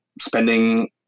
spending